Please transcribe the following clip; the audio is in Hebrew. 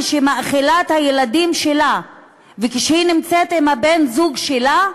כשהיא מאכילה את הילדים שלה וכשהיא נמצאת עם בן-הזוג שלה,